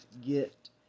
get